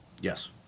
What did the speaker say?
Yes